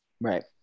right